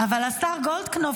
--- אבל השר גולדקנופ,